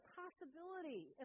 possibility